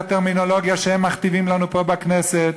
הטרמינולוגיה שהם מכתיבים לנו פה בכנסת.